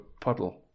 puddle